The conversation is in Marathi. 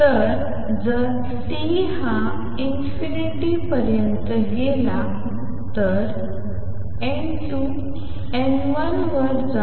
तर जर T हा ∞ पर्यंत गेला तर N2 N1 वर जाऊन ते समान होतात